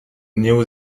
néo